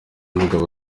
mugabo